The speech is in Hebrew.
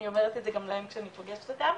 אני אומרת את זה גם להם כשאני פוגשת אותם.